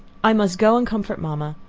i must go and comfort mama.